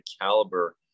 caliber